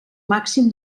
màxim